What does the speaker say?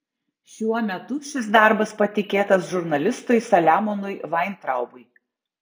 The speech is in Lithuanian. šiuo metu šis darbas patikėtas žurnalistui saliamonui vaintraubui